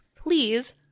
please